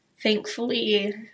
Thankfully